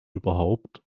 überhaupt